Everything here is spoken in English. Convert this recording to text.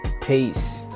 Peace